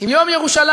עם יום ירושלים.